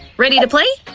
ready to play?